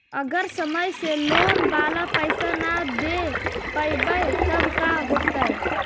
अगर समय से लोन बाला पैसा न दे पईबै तब का होतै?